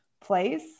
place